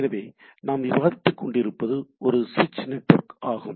எனவே நாம் விவாதித்துக் கொண்டிருப்பது ஒரு சுவிட்ச் நெட்வொர்க் ஆகும்